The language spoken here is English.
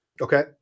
Okay